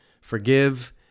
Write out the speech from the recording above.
Forgive